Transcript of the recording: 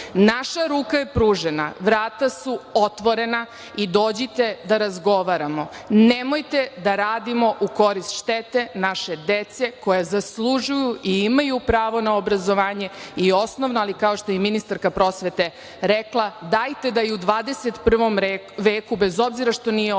naša ruka je pružena, vrata su otvorena i dođite da razgovaramo, nemojte da radimo u korist štete naše dece koja zaslužuju i imaju pravo na obrazovanje i osnovna, ali kao što i ministarka prosvete rekla, dajte da i u 21. veku bez obzira što nije obavezno